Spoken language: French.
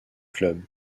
club